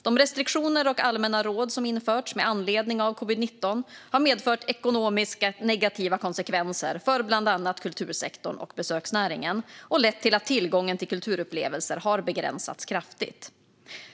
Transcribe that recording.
De restriktioner och allmänna råd som införts med anledning av covid-19 har medfört negativa ekonomiska konsekvenser för bland annat kultursektorn och besöksnäringen och lett till att tillgången till kulturupplevelser har begränsats kraftigt.